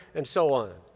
and so on.